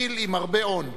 גיל עם הרבה און.